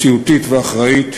מציאותית ואחראית.